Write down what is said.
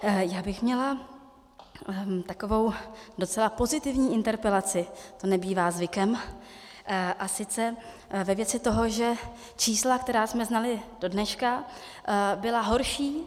Já bych měla takovou docela pozitivní interpelaci, to nebývá zvykem, a sice ve věci toho, že čísla, která jsme znali do dneška, byla horší.